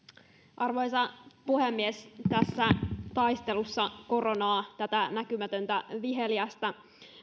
arvoisa puhemies tässä taistelussa koronaa tätä näkymätöntä viheliäistä